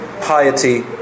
Piety